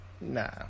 Nah